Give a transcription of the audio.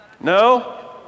No